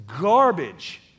garbage